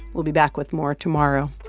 we'll be back with more tomorrow